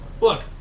Look